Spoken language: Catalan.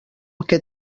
que